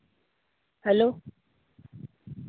hello